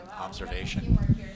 observation